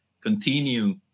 continue